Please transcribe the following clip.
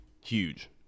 huge